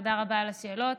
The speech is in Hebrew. תודה רבה על השאלות.